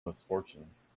misfortunes